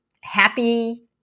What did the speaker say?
happy